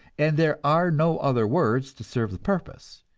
and there are no other words to serve the purpose.